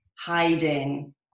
hiding